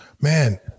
man